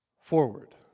Forward